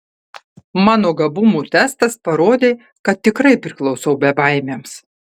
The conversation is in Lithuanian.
mano gabumų testas parodė kad tikrai priklausau bebaimiams